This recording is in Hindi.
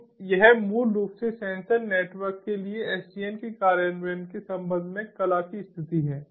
तो यह मूल रूप से सेंसर नेटवर्क के लिए SDN के कार्यान्वयन के संबंध में कला की स्थिति है